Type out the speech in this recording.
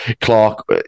Clark